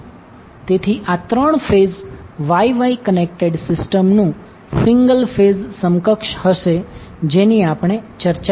તેથી આ 3 phase Y Y connected સિસ્ટમનુ સિંગલ ફેઝ સમકક્ષ હશે જેની આપણે ચર્ચા કરી